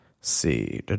see